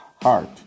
heart